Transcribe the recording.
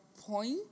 point